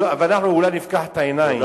ואנחנו אולי נפקח את העיניים.